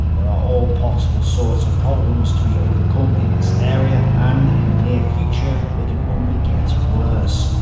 there are all possible sorts of problems to be overcome in this area. and in the near future they can only get worse.